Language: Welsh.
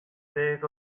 ddeg